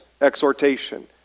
exhortation